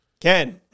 Ken